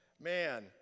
man